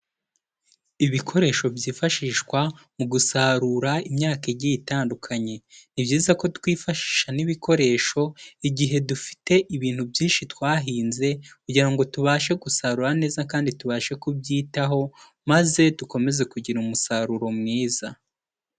Ibikoresho byifashishwa mu gusarura imyaka igiye itandukanye. Ni byiza ko twifashisha n'ibikoresho igihe dufite ibintu byinshi twahinze kugira ngo tubashe gusarura neza kandi tubashe kubyitaho maze dukomeze kugira umusaruro mwiza.